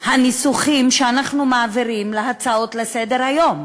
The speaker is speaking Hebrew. הניסוחים שאנחנו מעבירים להצעות לסדר-היום.